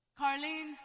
Carlene